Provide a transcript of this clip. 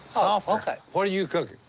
oh, okay. what are you cooking?